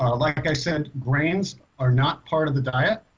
ah like like i said grains are not part of the diet